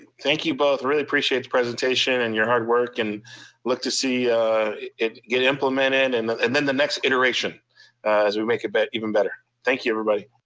thank you both. really appreciate the presentation and your hard work and look to see it get implemented and and then the next iteration as we make a bet even better. thank you everybody.